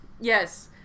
yes